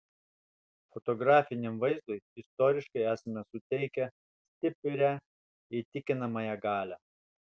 fotografiniam vaizdui istoriškai esame suteikę stiprią įtikinamąją galią